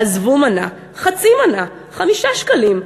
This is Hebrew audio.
עזבו מנה, חצי מנה, 5 שקלים.